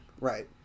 Right